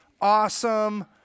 awesome